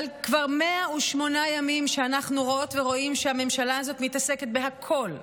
אבל כבר 108 ימים שאנחנו רואות ורואים שהממשלה הזאת מתעסקת בכול,